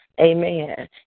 amen